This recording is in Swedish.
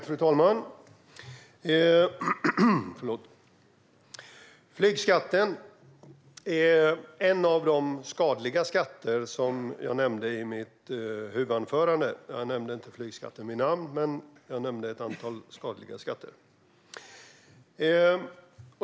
Fru talman! Flygskatten är en av de skadliga skatter som jag nämnde i mitt huvudanförande. Jag nämnde inte flygskatten vid namn, men jag nämnde ett antal skadliga skatter.